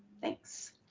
thanks